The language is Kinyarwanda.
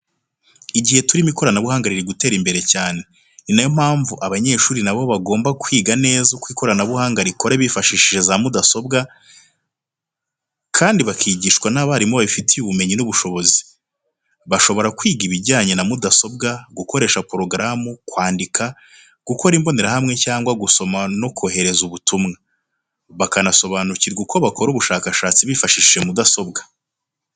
Igihe turimo ikoranabuhanga riri gutera imbere cyane, ni na yo mpamvu abanyeshuri bagomba na bo kwiga neza uko ikoranabuhanga rikora bifashishije za mugasobwa kandi bakigishwa n'abarimu babifitiye ubumenyi n'ubushobozi. Bashobora kwiga ibijyanye na mudasobwa, gukoresha porogaramu, kwandika, gukora imbonerahamwe cyangwa gusoma no kohereza ubutumwa. Bakanasobanukirwa uko bakora ubushakashatsi bifashishije mudasobwa.